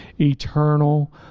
eternal